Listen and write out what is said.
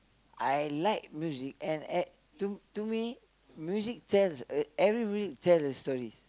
I like music and uh to to me music tells uh every music tells a story